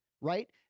Right